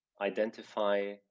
identify